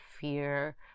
fear